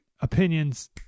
opinions